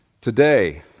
Today